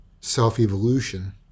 self-evolution